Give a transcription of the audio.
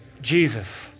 Jesus